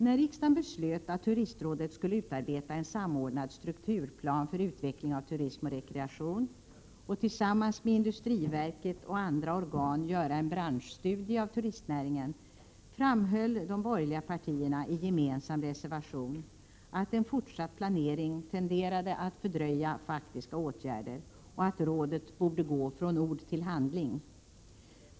När riksdagen beslöt att Turistrådet skulle utarbeta en samordnad strukturplan för utvecklingen av turism och rekreation och tillsammans med industriverket och andra organ göra en branschstudie av turistnäringen, framhöll de borgerliga partierna i gemensam reservation att en fortsatt planering tenderade att fördröja faktiska åtgärder och att rådet borde gå från ord till handling.